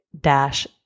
dash